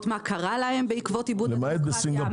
מה קרה להן בעקבות איבוד הדמוקרטיה,